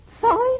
Five